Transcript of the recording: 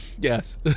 Yes